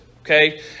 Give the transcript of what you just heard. Okay